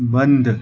बंद